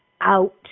out